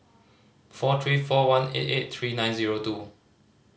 four three four one eight eight three nine zero two